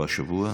או השבוע,